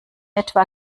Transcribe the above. etwa